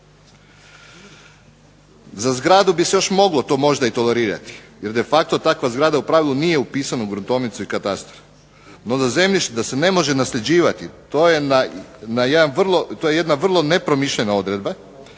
Za zgradu bi se još moglo to možda i tolerirati jer de facto takva zgrada u pravilu nije upisana u gruntovnicu i katastar, no za zemljište da se ne može nasljeđivati to je jedna vrlo nepromišljena odredba